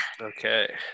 Okay